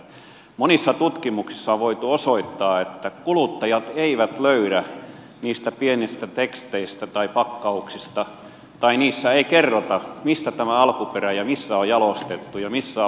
monissa tutkimuksissa on voitu osoittaa että kuluttajat eivät löydä pienistä teksteistä tai pakkauksista tai niissä ei kerrota mikä on alkuperä ja missä on jalostettu ja missä on valmistettu